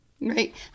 right